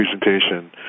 presentation